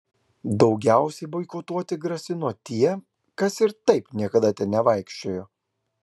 daugiausiai boikotuoti grasino tie kas ir taip niekada ten nevaikščiojo